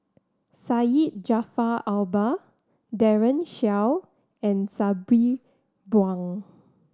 Syed Jaafar Albar Daren Shiau and Sabri Buang